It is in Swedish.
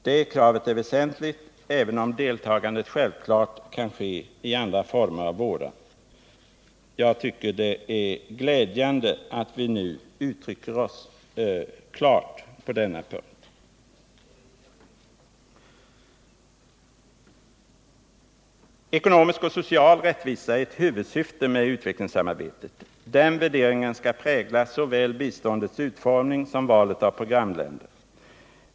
Det kravet är väsentligt, även om deltagandet självklart kan ske i andra former än våra. Jag tycker det är glädjande att vi nu uttrycker oss klart på denna punkt. Ekonomisk och social rättvisa är ett huvudsyfte med utvecklingssamarbetet. Den värderingen skall prägla såväl biståndets utformning som valet av programländer.